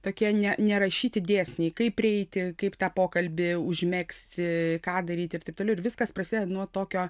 tokie ne nerašyti dėsniai kaip prieiti kaip tą pokalbį užmegzti ką daryti ir taip toliau ir viskas prasideda nuo tokio